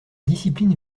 discipline